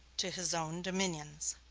to his own dominions.